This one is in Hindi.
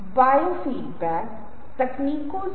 कैसे और आप बहुत आसानी से कर सकते हैं